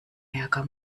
ärger